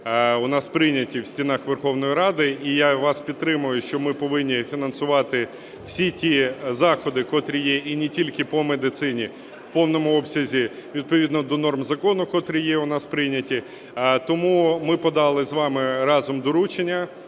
у нас прийняті в стінах Верховної Ради, і я вас підтримую, що ми повинні фінансувати всі ті заходи, котрі є і не тільки по медицині, в повному обсязі відповідно до норм закону, котрі є у нас прийняті. Тому ми подали з вами разом доручення